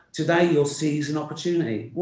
today you will seize an opportunity.